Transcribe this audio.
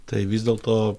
tai vis dėlto